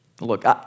Look